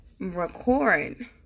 record